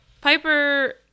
Piper